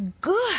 good